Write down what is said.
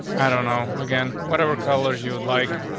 i don't know. again, whatever colors you would like,